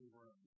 room